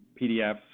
PDFs